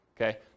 okay